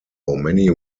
many